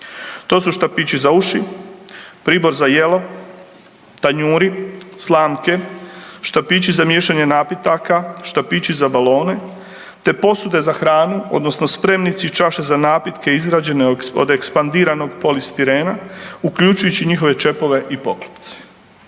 To su štapići za uši, pribor za jelo, tanjuri, slamke, štapići za miješanje napitaka, štapići za balone te posude za hranu odnosno spremnici i čaše za napitke izrađene od ekspandiranog polistirena uključujući njihove čepove i poklopce.